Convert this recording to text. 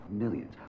millions